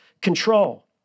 control